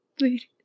Wait